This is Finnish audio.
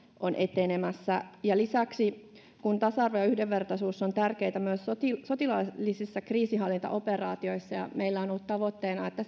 on etenemässä lisäksi kun tasa arvo ja yhdenvertaisuus ovat tärkeitä myös sotilaallisissa kriisinhallintaoperaatioissa ja meillä on ollut tavoitteena että